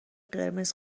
قرمز